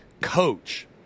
coach